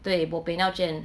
对 bopian 要捐